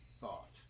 thought